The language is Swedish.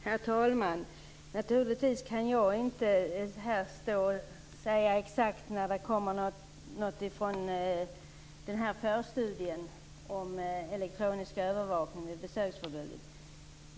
Herr talman! Jag kan naturligtvis inte stå här och säga exakt när det kommer något från förstudien om elektronisk övervakning vid besöksförbud.